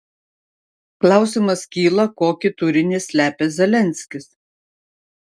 klausimas kyla kokį turinį slepia zelenskis